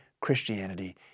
Christianity